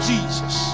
Jesus